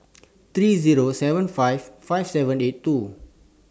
three Zero seven five five seven eight two